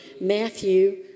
Matthew